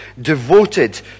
devoted